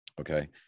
okay